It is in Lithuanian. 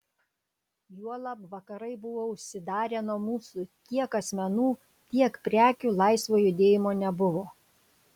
juolab vakarai buvo užsidarę nuo mūsų tiek asmenų tiek prekių laisvo judėjimo nebuvo